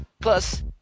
Plus